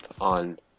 on